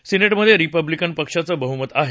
सिनेटमधे Republican पक्षाचं बह्मत आहे